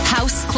House